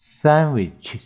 sandwiches